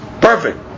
Perfect